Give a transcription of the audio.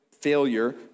failure